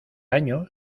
año